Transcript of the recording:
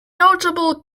notable